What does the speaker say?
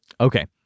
Okay